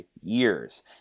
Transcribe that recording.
years